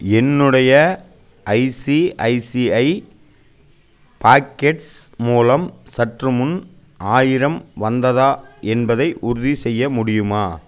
என்னுடைய ICICI pockets மூலம் சற்றுமுன் ஆயிரம் வந்ததா என்பதை உறுதிச் செய்ய முடியுமா